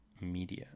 media